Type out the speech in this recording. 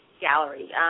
gallery